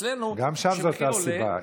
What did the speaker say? גם שם זאת אותה סיבה.